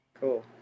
Cool